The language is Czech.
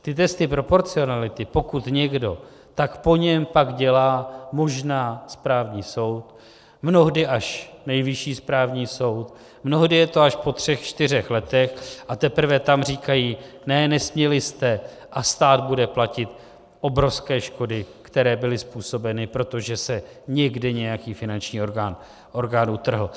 Ty testy proporcionality, pokud někdo, tak po něm pak dělá možná správní soud, mnohdy až Nejvyšší správní soud, mnohdy je to až po třech čtyřech letech, a teprve tam říkají ne, nesměli jste, a stát bude platit obrovské škody, které byly způsobeny, protože se někde nějaký finanční orgán utrhl.